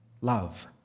Love